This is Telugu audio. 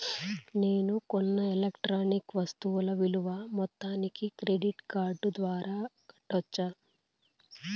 నేను కొన్న ఎలక్ట్రానిక్ వస్తువుల విలువ మొత్తాన్ని క్రెడిట్ కార్డు ద్వారా కట్టొచ్చా?